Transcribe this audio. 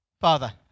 Father